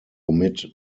omit